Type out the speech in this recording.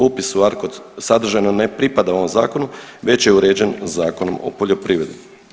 Upis u ARKOD sadržajno ne pripada ovom Zakonu već je uređen Zakonom o poljoprivredi.